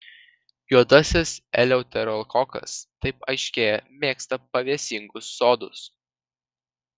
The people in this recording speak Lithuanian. juodasis eleuterokokas kaip aiškėja mėgsta pavėsingus sodus